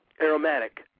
Aromatic